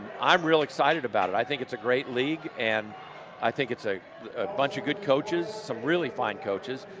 i'm really excited about it, i think it's a great league, and i think it's a bunch of good coaches, some really fine coaches,